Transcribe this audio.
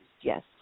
yes